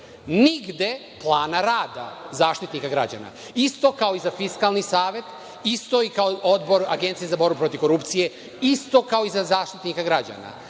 nigde plana rada Zaštitnika građana, isto kao i za Fiskalni savet isto i kao Odbor Agencije za borbu protiv korupcije, isto kao i za Zaštitnika građana,